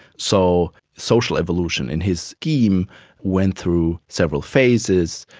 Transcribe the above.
so social evolution in his scheme went through several phases,